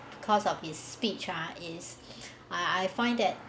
~cause of his speech ah is I I find that